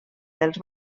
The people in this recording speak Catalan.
dels